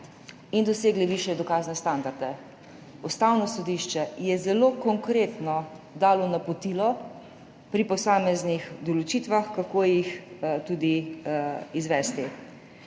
in dosegli višje dokazne standarde. Ustavno sodišče je zelo konkretno dalo napotilo pri posameznih določitvah, kako jih tudi izvesti.